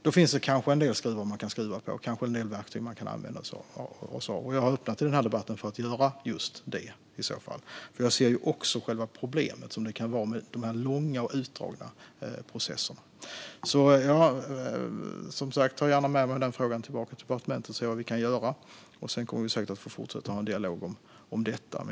Då finns det kanske en del skruvar att skruva på och en del verktyg som man kan använda sig av. I den här debatten har jag öppnat för att göra just det i så fall, för även jag ser ju själva problemet som det kan vara med de långa, utdragna processerna. Jag tar som sagt gärna med mig frågan tillbaka till departementet och ser vad vi kan göra. Sedan kommer vi säkert att få fortsätta att ha en dialog om detta.